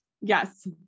Yes